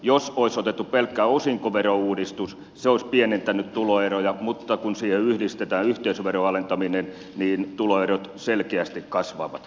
jos olisi otettu pelkkä osinkoverouudistus se olisi pienentänyt tuloeroja mutta kun siihen yhdistetään yhteisöveron alentaminen niin tuloerot selkeästi kasvavat